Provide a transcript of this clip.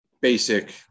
basic